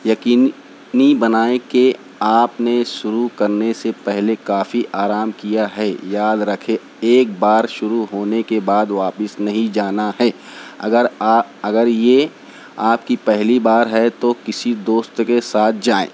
یقینی بنائیں کہ آپ نے شروع کرنے سے پہلے کافی آرام کیا ہے یاد رکھے ایک بار شروع ہونے کے بعد واپس نہیں جانا ہے اگر آ اگر یہ آپ کی پہلی بار ہے تو کسی دوست کے ساتھ جائیں